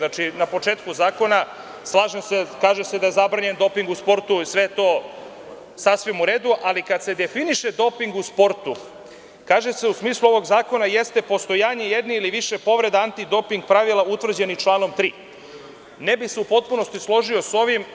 Na početku zakona, slažem se, kaže se da je zabranjen doping u sportu, sve je to u redu, ali kada se definiše doping u sportu, kaže se - u smislu ovog zakona jeste postojanje jedne ili više povreda antidoping pravila utvrđenih članom 3. ne bih se u potpunosti složio sa ovim.